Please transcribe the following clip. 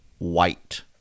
White